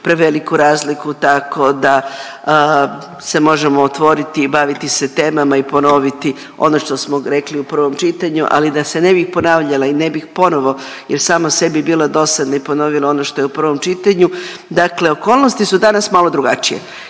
preveliku razliku, tako da se možemo otvoriti i baviti se temama i ponoviti ono što smo rekli u prvom čitanju, ali da se ne bih ponavljala i ne bih ponovo jer sama sebi bila dosadna i ponovila ono što je u prvom čitanju. Dakle, okolnosti su danas malo drugačije,